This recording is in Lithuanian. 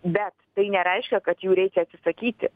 bet tai nereiškia kad jų reikia atsisakyti